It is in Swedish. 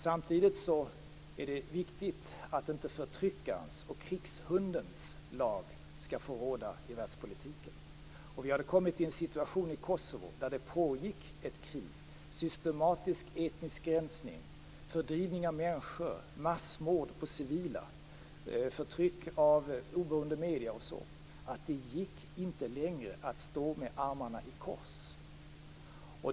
Samtidigt är det viktigt att inte förtryckarens, krigshundens, lag skall få råda i världspolitiken. Eftersom Kosovo hade kommit i situationen att det pågick ett krig, systematisk etnisk rensning, fördrivning av människor, massmord på civila, förtryck av oberoende medier etc., gick det inte längre att stå med andra i kors.